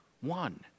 One